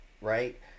right